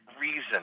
reason